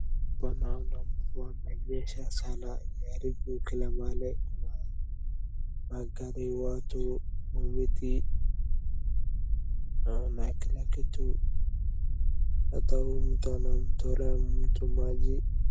Hapa naona mvua amenyesha sana imeharibu kila mahali. Kuna magari ya watu, miti na kila kitu. hata huyu mtu anamtolea mtu maji.